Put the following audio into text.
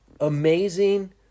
amazing